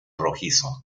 rojizo